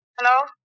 Hello